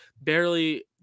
barely